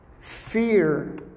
fear